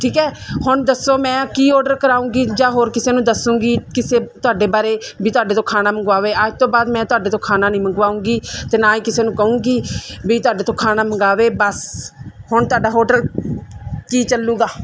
ਠੀਕ ਐ ਹੁਣ ਦੱਸੋ ਮੈਂ ਕੀ ਆਰਡਰ ਕਰਾਉਂਗੀ ਜਾਂ ਹੋਰ ਕਿਸੇ ਨੂੰ ਦੱਸੂਗੀ ਕਿਸੇ ਤੁਹਾਡੇ ਬਾਰੇ ਵੀ ਤੁਹਾਡੇ ਤੋਂ ਖਾਣਾ ਮੰਗਵਾਵੇ ਅੱਜ ਤੋਂ ਬਾਅਦ ਮੈਂ ਤੁਹਾਡੇ ਤੋਂ ਖਾਣਾ ਨਹੀਂ ਮੰਗਵਾਉਂਗੀ ਤੇ ਨਾ ਹੀ ਕਿਸੇ ਨੂੰ ਕਹੂੰਗੀ ਵੀ ਤੁਹਾਡੇ ਤੋਂ ਖਾਣਾ ਮੰਗਾਵੇ ਬਸ ਹੁਣ ਤੁਹਾਡਾ ਹੋਟਲ ਕੀ ਚੱਲੂਗਾ